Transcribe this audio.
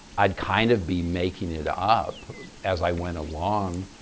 i'd kind of be making it up as i went along,